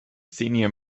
senior